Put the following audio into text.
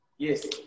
Yes